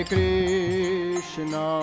Krishna